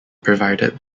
provided